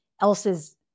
else's